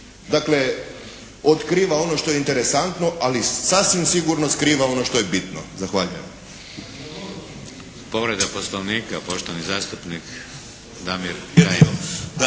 Dakle otkriva ono što je interesantno, ali sasvim sigurno skriva ono što je bitno. Zahvaljujem.